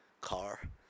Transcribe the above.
car